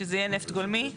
שזה יהיה נפט גולמי.